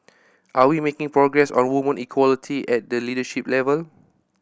are we making progress on women equality at the leadership level